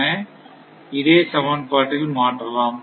என இதே சமன்பாட்டில் மாற்றலாம்